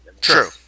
true